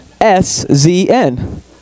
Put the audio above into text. S-Z-N